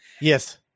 Yes